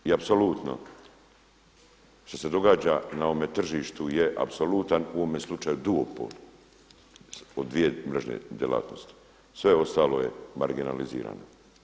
I apsolutno što se događa na ovome tržištu je apsolutan u ovome slučaju duopol od dvije mrežne djelatnosti, sve je ostalo marginalizirano.